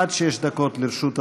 עד שש דקות לרשות אדוני,